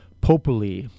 Populi